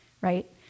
right